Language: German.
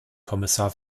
kommissar